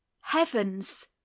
Heavens